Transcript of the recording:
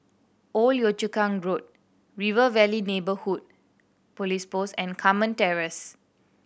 Old Yio Chu Kang Road River Valley Neighbourhood Police Post and Carmen Terrace